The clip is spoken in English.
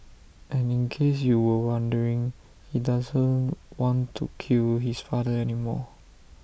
and in case you were wondering he doesn't want to kill his father anymore